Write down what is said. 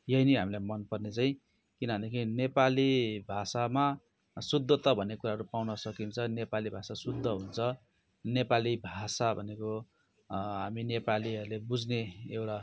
यही नै हामीलाई मनपर्ने चाहिँ किन भनदेखि नेपाली भाषामा शुद्धता भन्ने कुराहरू पाउन सकिन्छ नेपाली भाषा शुद्ध हुन्छ नेपाली भाषा भनेको हामी नेपालीहरूले बुझ्ने एउटा